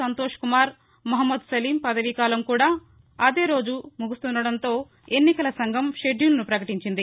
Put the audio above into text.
సంతోష్ కుమార్ మొహమ్మద్ సలీం పదవీకాలం కూడా అదే రోజు ముగుస్తుండటంతో ఎన్నికల సంఘం షెడ్యూలును ప్రకటించింది